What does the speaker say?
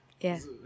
Yes